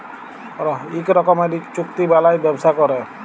ইক রকমের ইক চুক্তি বালায় ব্যবসা ক্যরে